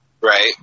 Right